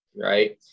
Right